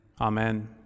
Amen